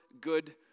good